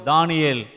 Daniel